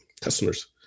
customers